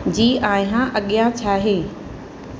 जी आहियां अॻियां छा आहे